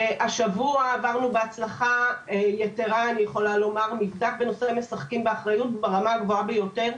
השבוע עברנו בהצלחה יתרה מבדק בנושא משחקים באחריות ברמה הגבוהה ביותר,